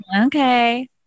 Okay